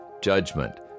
judgment